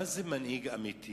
מה זה מנהיג אמיתי?